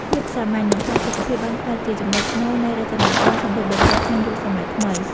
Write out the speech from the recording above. ភាពសាមញ្ញ និងផាសុកភាពបានក្លាយជាចំណុចស្នូលនៃរចនាប័ទ្មសម្លៀកបំពាក់ក្នុងយុគសម័យថ្មី។